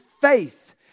faith